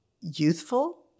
youthful